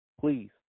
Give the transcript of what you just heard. please